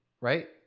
right